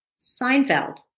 Seinfeld